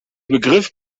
begriff